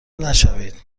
نشوید